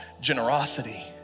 generosity